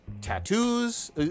tattoos